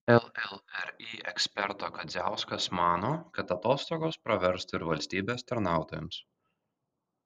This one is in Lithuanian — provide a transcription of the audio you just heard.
llri eksperto kadziauskas mano kad atostogos praverstų ir valstybės tarnautojams